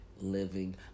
living